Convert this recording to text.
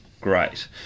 great